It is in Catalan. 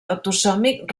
autosòmic